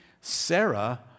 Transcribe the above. Sarah